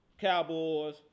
Cowboys